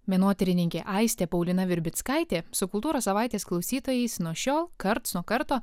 menotyrininkė aistė paulina virbickaitė su kultūros savaitės klausytojais nuo šiol karts nuo karto